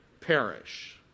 perish